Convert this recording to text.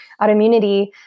autoimmunity